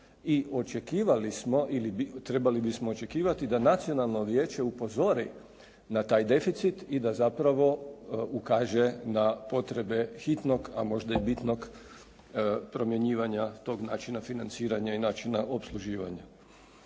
i očekivali smo ili trebali bismo očekivati da Nacionalno vijeće upozori na taj deficit i da zapravo ukaže na potrebe hitnog, a možda i bitnog promjenjivanja tog načina financiranja i načina opsluživanja.,